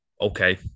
okay